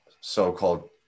so-called